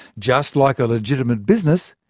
just like a legitimate business,